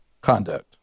conduct